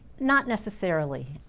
not necessarily,